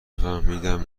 فهمیدم